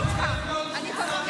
אני איתך, אני, אני יודע.